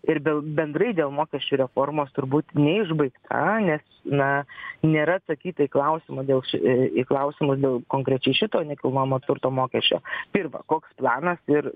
ir dėl bendrai dėl mokesčių reformos turbūt neišbaigta nes na nėra atsakyta į klausimą dėl š į klausimus dėl konkrečiai šito nekilnojamo turto mokesčio pirma koks planas ir